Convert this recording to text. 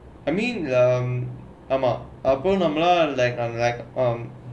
I mean um ah mah அப்புறம் நம்ப:appuram namba like uh like um